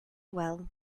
well